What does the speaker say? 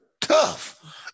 Tough